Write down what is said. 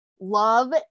love